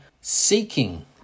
seeking